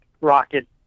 rocket